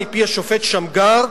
מפי השופט שמגר,